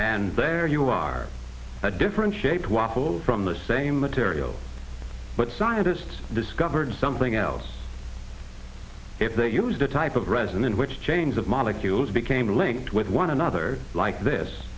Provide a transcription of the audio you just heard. and there you are a different shaped waffles from the same material but scientists discovered something else they used a type of resin in which chains of molecules became linked with one another like this